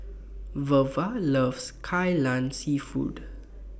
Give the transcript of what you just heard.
Wava loves Kai Lan Seafood